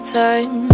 time